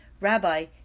Rabbi